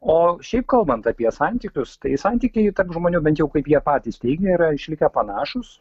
o šiaip kalbant apie santykius tai santykiai tarp žmonių bent jau kaip jie patys teigia yra išlikę panašūs